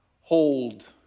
hold